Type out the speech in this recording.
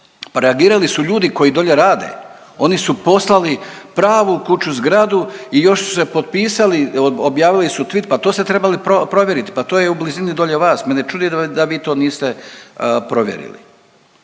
reagirali su ljudi koji dolje rade. Oni su poslali pravu kuću, zgradu i još su se potpisali, objavili su tweet, pa to ste trebali provjeriti, pa to je u blizini dolje vas, mene čudi da vi to niste provjerili.